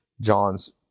John's